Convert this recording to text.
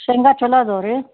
ಶೇಂಗಾ ಚೊಲೋ ಇದಾವ್ ರೀ